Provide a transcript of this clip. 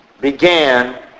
began